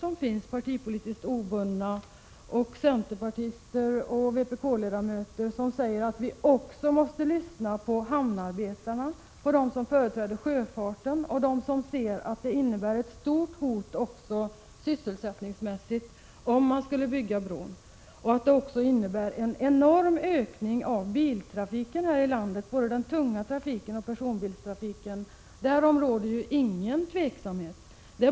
Det finns ju partipolitiskt obundna organisationer, centerpartister och vpk-ledamöter som säger att vi också måste lyssna på hamnarbetarna, dem som företräder sjöfarten och dem som säger att det innebär ett stort hot också sysselsättningsmässigt, om man skulle bygga bron. En bro skulle ju också innebära en enorm ökning av biltrafiken här i landet, både av den tunga trafiken och av personbilstrafiken. Därom råder inget tvivel.